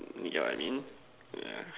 yeah I mean yeah